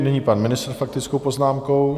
Nyní pan ministr s faktickou poznámkou.